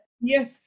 Yes